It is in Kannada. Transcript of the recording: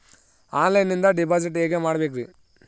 ಆನ್ಲೈನಿಂದ ಡಿಪಾಸಿಟ್ ಹೇಗೆ ಮಾಡಬೇಕ್ರಿ?